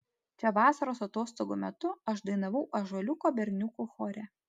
čia vasaros atostogų metu aš dainavau ąžuoliuko berniukų chore